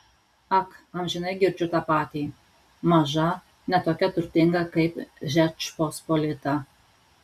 ak amžinai girdžiu tą patį maža ne tokia turtinga kaip žečpospolita